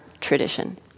tradition